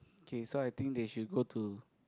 okay so I think they should go to